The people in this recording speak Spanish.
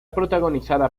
protagonizada